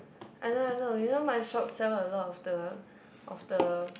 I know I know you know my shop sell a lot of the of the